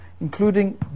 including